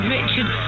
Richard